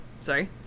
Sorry